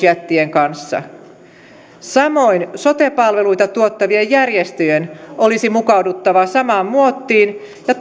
kanssa samoin sote palveluita tuottavien järjestöjen olisi mukauduttava samaan muottiin